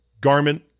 garment